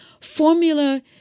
formula